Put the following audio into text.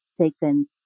taken